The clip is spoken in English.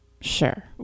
sure